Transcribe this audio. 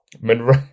Monroe